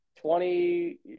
twenty